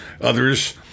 others